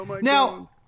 now